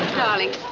darling,